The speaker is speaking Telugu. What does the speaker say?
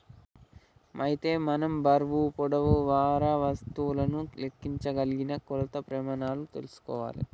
అయితే మనం బరువు పొడవు వారా వస్తువులను లెక్కించగలిగిన కొలత ప్రెమానాలు తెల్సుకోవాలే